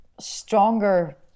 stronger